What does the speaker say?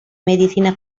medicina